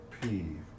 peeve